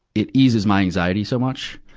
it eases my anxiety so much,